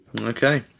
Okay